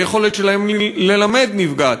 היכולת שלהם ללמד נפגעת,